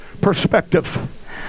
perspective